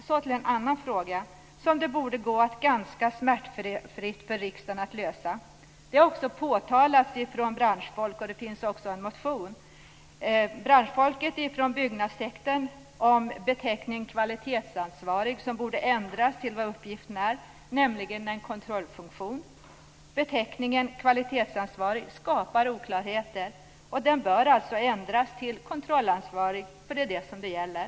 Så till en annan fråga, som riksdagen borde kunna lösa smärtfritt. Det har påtalats av branschfolk inom byggnadssektorn - och det finns en motion - att beteckningen kvalitetsansvarig borde ändras till vad uppgiften är, nämligen en kontrollfunktion. Beteckningen kvalitetsansvarig skapar oklarheter. Den bör alltså ändras till kontrollansvarig. Det är det som det gäller.